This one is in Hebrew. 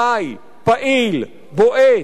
חי, פעיל, בועט,